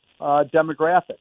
demographic